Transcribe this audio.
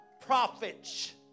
prophets